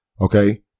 okay